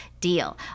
deal